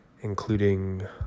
including